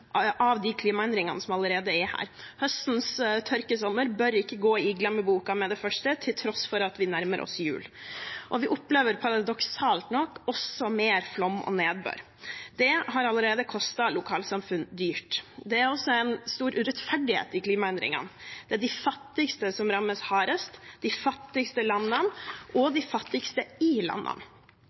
av de klimaendringene som allerede er her. Høstens tørkesommer bør ikke gå i glemmeboka med det første til tross for at vi nærmer oss jul. Vi opplever paradoksalt nok også mer flom og nedbør. Det har allerede kostet lokalsamfunn dyrt. Det er også en stor urettferdighet i klimaendringene. Det er de fattigste som rammes hardest: de fattigste landene og de fattigste i landene.